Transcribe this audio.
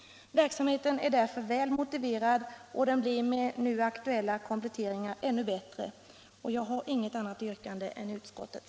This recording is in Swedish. Verksamheten är därför väl motiverad, och den blir med nu aktuella kompletteringar ännu bättre. Jag har inget annat yrkande än utskottet.